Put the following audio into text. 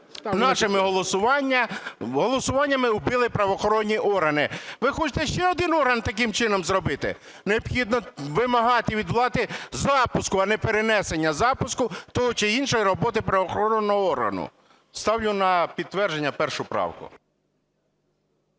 Нашими голосуваннями ми вбили правоохоронні органи. Ви хочете ще один орган таким чином зробити? Необхідно вимагати від влади запуску, а не перенесення запуску тієї чи іншої роботи правоохоронного органу. Ставлю на підтвердження 1 правку.